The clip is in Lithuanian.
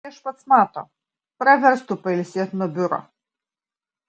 viešpats mato praverstų pailsėti nuo biuro